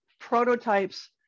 prototypes